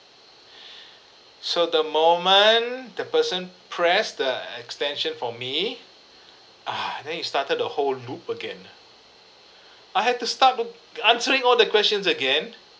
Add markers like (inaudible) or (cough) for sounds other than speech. (breath) so the moment the person pressed the extension for me (breath) uh then it started the whole loop again ah (breath) I had to start to answering all the questions again